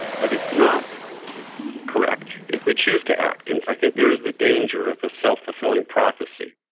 but it's not correct if we choose to act, and i think there is the danger of a self-fulfilling prophecy.